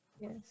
Yes